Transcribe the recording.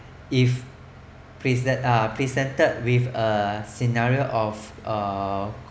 if present~ uh presented with a scenario of uh